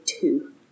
two